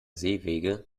seewege